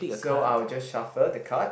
so I'll just shuffle the cards